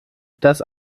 dass